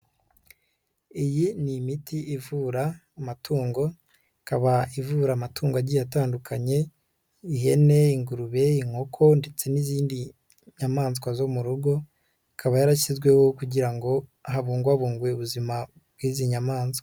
Iyi ni imiti ivura amatungo ikaba ivura amatungo agiye atandukanye: ihene, ingurube, inkoko ndetse n'izindi nyamaswa zo mu rugo, ikaba yarashyizweho kugira ngo habungwabungwe ubuzima bw'izi nyamaswa.